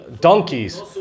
donkeys